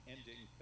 Ending